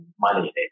money